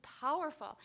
powerful